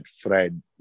Fred